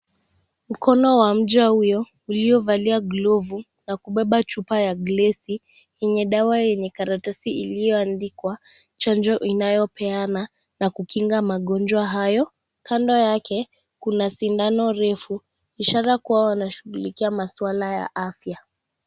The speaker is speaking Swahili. Mkono wa mja huyo uliyovvalia glovu na kubeba chupa ya glesi yenye dawa yenye karatasi iliyoandikwa chanjo inayopeana na kukinga magonjwa hayo, kando yake kuna sindano refu ishara kuwa wanashughulikia maswala ya afya.